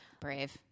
Brave